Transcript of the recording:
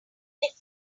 nifty